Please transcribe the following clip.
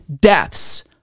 deaths